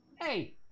hey